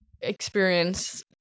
experience